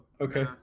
okay